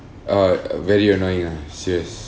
uh very annoying ah serious